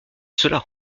cela